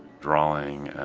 drawing